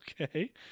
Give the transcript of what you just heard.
okay